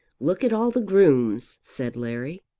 look at all the grooms, said larry.